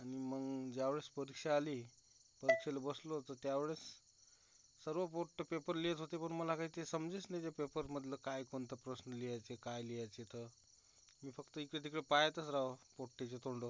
आणि मग ज्यावेळेस परीक्षा आली परीक्षेला बसलो ओतो त्यावेळेस सर्व पोट्टे पेपर लिहित होते पण मला काही ते समजेच नाही ते पेपरमधलं काय कोणता प्रश्न लिहायचे काय लिहायचे तर मी फक्त इकडेतिकडे पाहतच राहो पोट्टेचे तोंडं